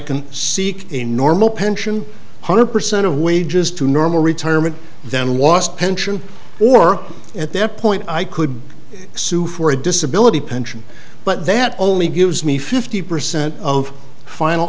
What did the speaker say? can seek a normal pension hundred percent of wages to normal retirement then wast pension or at that point i could sue for a disability pension but that only gives me fifty percent of the final